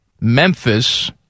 Memphis